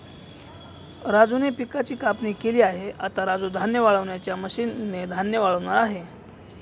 राजूने पिकाची कापणी केली आहे, आता राजू धान्य वाळवणाच्या मशीन ने धान्य वाळवणार आहे